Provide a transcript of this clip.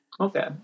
Okay